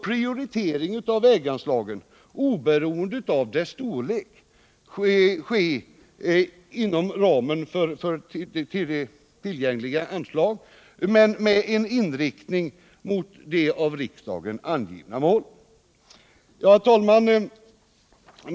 Prioriteringen av väganslagen får sedan ske oberoende av deras storlek, inom ramen för tillgängliga anslag men med inriktning på de av riksdagen angivna målen. Herr talman!